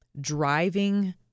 driving